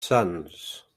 sons